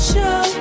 Show